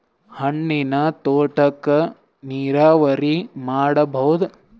ಹಣ್ಣಿನ್ ತೋಟಕ್ಕ ನೀರಾವರಿ ಮಾಡಬೋದ?